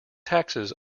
taxes